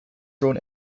drawn